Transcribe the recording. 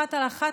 אחת על אחת,